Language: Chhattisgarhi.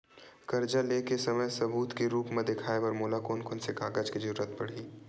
कर्जा ले के समय सबूत के रूप मा देखाय बर मोला कोन कोन से कागज के जरुरत पड़ही?